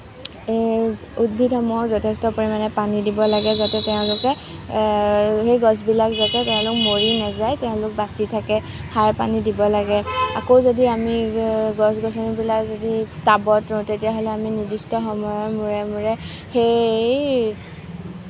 এই উদ্ভিদসমূহক যথেষ্ট পৰিমাণে পানী দিব লাগে যাতে তেওঁলোকে এই গছবিলাক যাতে তেওঁলোক মৰি নেযায় তেওঁলোক বাচি থাকে সাৰ পানী দিব লাগে আকৌ যদি আমি গছ গছনিবিলাক যদি টাবত ৰুওঁ তেতিয়াহ'লে আমি নিৰ্দিষ্ট সময়ৰ মূৰে মূৰে সেই